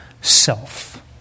self